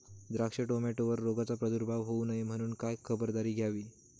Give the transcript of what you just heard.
द्राक्ष, टोमॅटोवर रोगाचा प्रादुर्भाव होऊ नये म्हणून काय खबरदारी घ्यावी?